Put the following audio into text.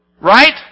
Right